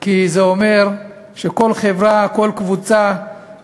חבר הכנסת עפו אגבאריה אנחנו ציינו,